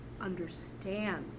understand